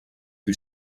who